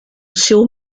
seu